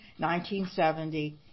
1970